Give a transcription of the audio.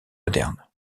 moderne